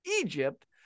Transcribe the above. Egypt